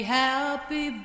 happy